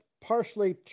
partially